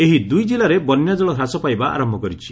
ଏହି ଦୁଇ ଜିଲ୍ଲାରେ ବନ୍ୟାଜଳ ହ୍ରାସ ପାଇବା ଆରମ୍ଭ କରିଛି